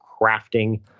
crafting